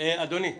כפי שאמרתי,